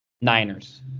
Niners